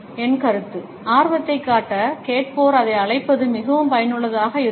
என் கருத்து ஆர்வத்தைக் காட்ட கேட்போர் அதை அழைப்பது மிகவும் பயனுள்ளதாக இருக்கும்